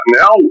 now